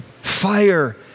Fire